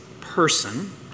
person